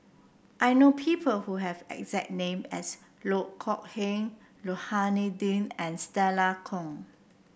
I know people who have exact name as Loh Kok Heng Rohani Din and Stella Kon